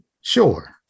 Sure